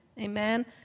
Amen